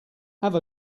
have